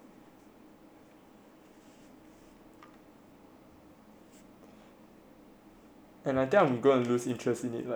and I think I'm gonna lose interest in it like quite soon